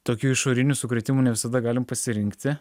tokių išorinių sukrėtimų ne visada galim pasirinkti